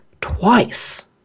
twice